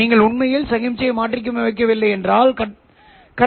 இது உண்மையில் மிக அதிக அதிர்வெண்ணில் மையமாக உள்ளது